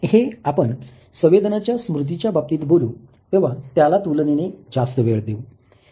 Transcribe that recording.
हे आपण संवेदनाच्या स्मृतीच्या बाबतीत बोलू तेव्हा त्याला तुलनेने जास्त वेळ देऊ